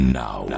now